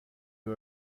you